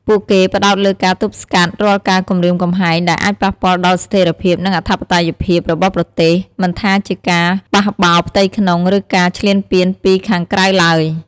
ពួកគេផ្តោតលើការទប់ស្កាត់រាល់ការគំរាមកំហែងដែលអាចប៉ះពាល់ដល់ស្ថេរភាពនិងអធិបតេយ្យភាពរបស់ប្រទេស មិនថាជាការបះបោរផ្ទៃក្នុង ឬការឈ្លានពានពីខាងក្រៅឡើយ។